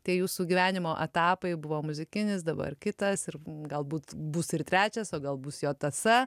tai jūsų gyvenimo etapai buvo muzikinis dabar kitas ir galbūt bus ir trečias o gal bus jo tąsa